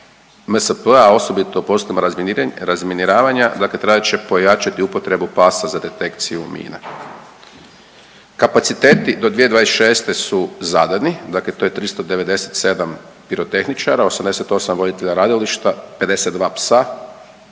MSP-a, a osobito u poslovima razminiravanja dakle trebat će pojačati upotrebu pasa za detekciju mina. Kapaciteti do 2026. su zadani, dakle to je 397 pirotehničara, 88 voditelja radilišta, 52 psa